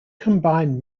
combined